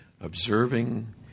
observing